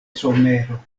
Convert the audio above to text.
somero